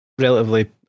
relatively